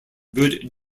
good